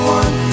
one